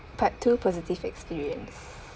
part two positive experience